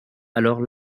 alors